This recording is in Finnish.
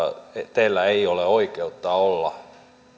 teillä ei ole oikeutta olla